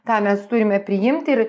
ką mes turime priimti ir